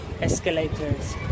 escalators